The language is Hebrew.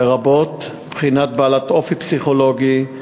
לרבות בחינה בעלת אופי פסיכולוגי.